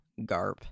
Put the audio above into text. Garp